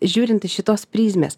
žiūrint iš šitos prizmės